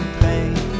pain